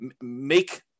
make